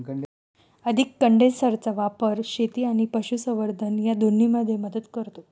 अधिक कंडेन्सरचा वापर शेती आणि पशुसंवर्धन या दोन्हींमध्ये मदत करतो